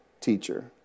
teacher